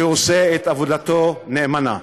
שעושה את עבודתו נאמנה.